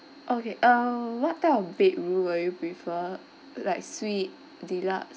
okay err what type of bedroom will you prefer like suite deluxe